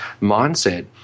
mindset